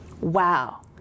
wow